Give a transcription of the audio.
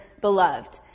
beloved